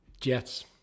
Jets